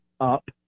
up